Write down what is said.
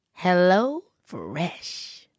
HelloFresh